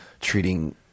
treating